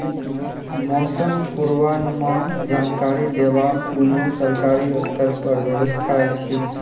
मौसम पूर्वानुमान जानकरी देवाक कुनू सरकारी स्तर पर व्यवस्था ऐछि?